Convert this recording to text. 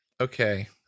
Okay